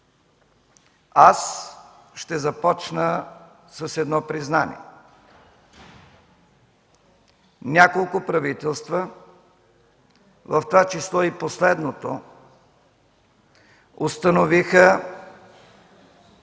Аз ще започна с едно признание: няколко правителства, в това число и последното, установиха